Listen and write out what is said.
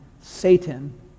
Satan